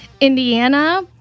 Indiana